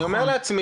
ואני אומר לעצמי,